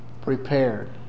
prepared